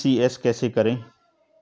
ECS कैसे करें?